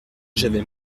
j’avais